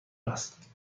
است